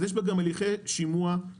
אז יש בה גם הליכי שימוע קבועים.